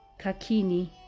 Kakini